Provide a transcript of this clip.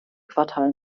quartal